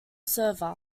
server